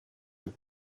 jak